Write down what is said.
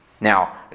Now